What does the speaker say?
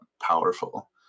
powerful